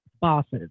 bosses